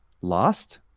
lost